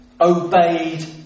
obeyed